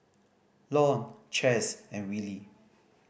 Lon Chaz and Willie